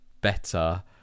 better